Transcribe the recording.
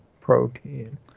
protein